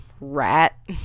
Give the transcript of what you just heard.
rat